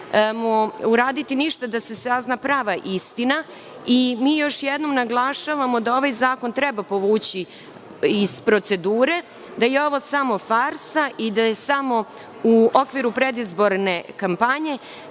nećemo uraditi ništa da se sazna prava istina i još jednom naglašavamo da ovaj zakon treba povući iz procedure, da je ovo samo farsa i da je samo u okviru predizborne kampanje,